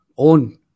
own